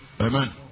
Amen